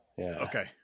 Okay